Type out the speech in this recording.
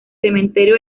cementerio